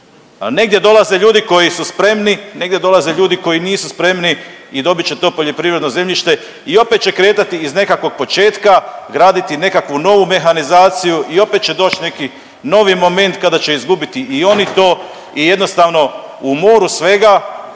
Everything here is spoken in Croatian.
negdje dolaze ljudi koji su spremni, negdje dolaze ljudi koji nisu spremni i dobit će to poljoprivredno zemljište i opet će kretati iz nekakvog početka graditi nekakvu novu mehanizaciju i opet će doć neki novi moment kada će izgubiti i oni to i jednostavno u moru svega,